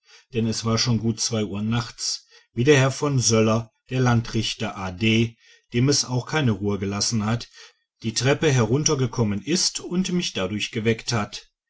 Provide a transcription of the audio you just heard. denn es war schon gut zwei uhr nachts wie der herr von söller der landrichter a d dem es auch keine ruhe gelassen hat die treppe heruntergekommen ist und mich dadurch geweckt hat